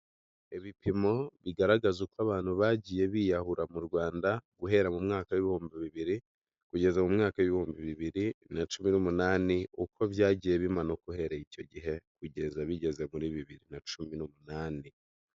Ibipimo bigaragaza uko abantu bagiye biyahura mu Rwanda, guhera mu mwaka w'ibihumbi bibiri kugeza mu mwaka w'ibihumbi bibiri na cumi n'umunani, uko byagiye bimanuka uhereye icyo gihe kugeza bigeze muri bibiri na cumi n'umunani.